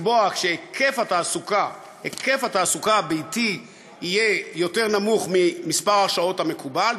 לקבוע שהיקף התעסוקה הביתי יהיה יותר נמוך ממספר השעות המקובל,